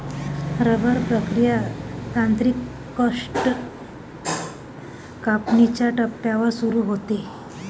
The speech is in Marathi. रबर प्रक्रिया तांत्रिकदृष्ट्या कापणीच्या टप्प्यावर सुरू होते